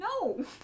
No